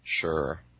Sure